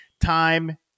time